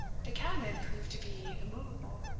the cabman proved to be immovable.